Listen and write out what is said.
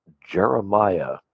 Jeremiah